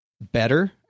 better